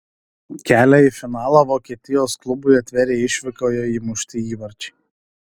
kelią į finalą vokietijos klubui atvėrė išvykoje įmušti įvarčiai